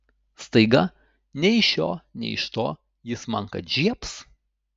staiga nei iš šio nei iš to jis man kad žiebs